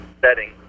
setting